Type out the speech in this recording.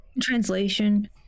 translation